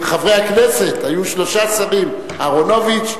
היו שלושה שרים: אהרונוביץ,